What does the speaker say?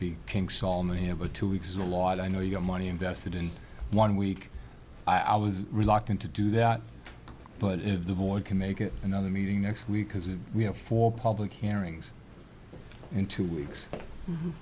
be king solomon here but two weeks is a lot i know your money invested in one week i was reluctant to do that but if the board can make it another meeting next week because we have four public hearings in two weeks